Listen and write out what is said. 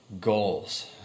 goals